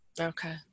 Okay